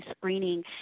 screening